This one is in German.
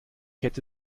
hätte